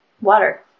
Water